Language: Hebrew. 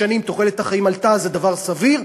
עשר שנים, תוחלת החיים עלתה, זה דבר סביר.